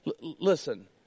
Listen